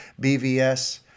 BVS